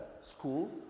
school